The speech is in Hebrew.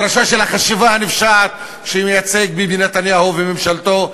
של החשיבה הנפשעת שמייצג ביבי נתניהו, וממשלתו.